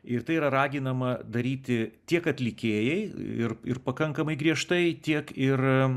ir tai yra raginama daryti tiek atlikėjai ir ir pakankamai griežtai tiek ir